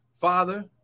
Father